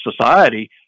society